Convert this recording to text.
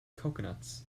coconuts